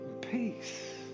peace